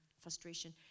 frustration